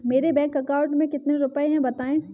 मेरे bank account में कितने रुपए हैं बताएँ?